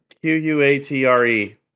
Q-U-A-T-R-E